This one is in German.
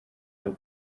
ein